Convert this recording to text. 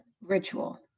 ritual